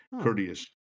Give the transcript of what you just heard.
Courteous